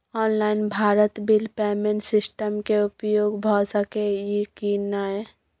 Online Bharat bill payment system के उपयोग भ सके इ की नय?